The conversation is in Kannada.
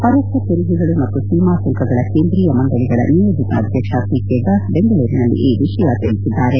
ಪರೋಕ್ಷ ತೆರಿಗೆಗಳು ಮತ್ತು ಸೀಮಾ ಸುಂಕಗಳ ಕೇಂದ್ರೀಯ ಮಂಡಳಿಗಳ ನಿಯೋಜಿತ ಅಧ್ಯಕ್ಷ ಪಿ ಕೆ ದಾಸ್ ಬೆಂಗಳೂರಿನಲ್ಲಿ ಈ ವಿಷಯ ತಿಳಿಸಿದರು